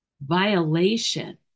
violation